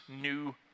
new